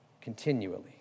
Continually